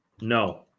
No